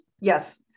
yes